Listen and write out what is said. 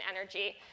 energy